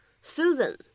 Susan